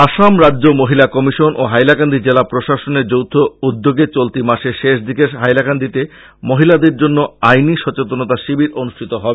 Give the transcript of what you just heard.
আসাম রাজ্য মহিলা কমিশন ও হাইলাকান্দি জেলা প্রশাসনের যৌথ উদ্যোগে চলতি মাসের শেষ দিকে হাইলাকান্দিতে মহিলাদের জন্য আইনী সচেতনতা শিবির অনুষ্ঠিত হবে